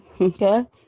Okay